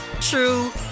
true